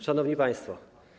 Szanowni Państwo!